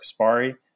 Caspari